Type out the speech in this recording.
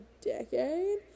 decade